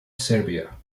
serbia